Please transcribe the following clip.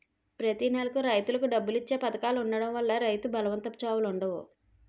ప్రతి నెలకు రైతులకు డబ్బులు ఇచ్చే పధకాలు ఉండడం వల్ల రైతు బలవంతపు చావులుండవు